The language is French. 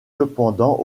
cependant